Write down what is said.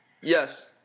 Yes